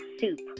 soup